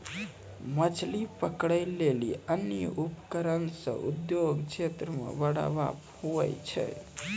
मछली पकड़ै लेली अन्य उपकरण से उद्योग क्षेत्र मे बढ़ावा हुवै छै